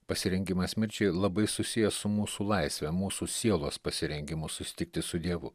pasirengimas mirčiai labai susijęs su mūsų laisve mūsų sielos pasirengimu susitikti su dievu